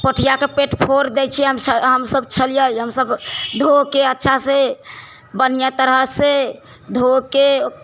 पोठिआके पेट फोड़ि दैत छी हमसभ छलियै हमसभ धोके अच्छा से बढ़िआँ तरहसँ धोके